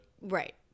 right